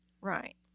right